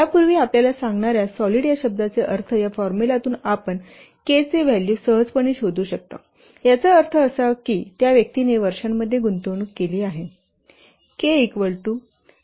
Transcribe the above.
यापूर्वी आपल्याला सांगणाया सॉलिड या शब्दाचे अर्थ या फॉर्मुलातून आपण K चे व्हॅल्यू सहजपणे शोधू शकता याचा अर्थ असा की त्या व्यक्तीने वर्षांमध्ये गुंतवणूक केली